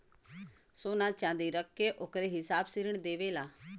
सोना च्नादी रख के ओकरे हिसाब से ऋण देवेला